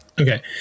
okay